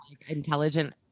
Intelligent